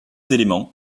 éléments